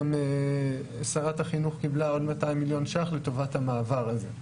גם שרת החינוך קיבלה עוד 200 מיליון שקלים לטובת המעבר הזה.